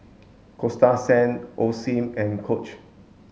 Coasta Sand Osim and Coach